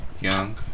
Young